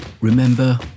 Remember